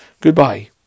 Goodbye